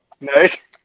Nice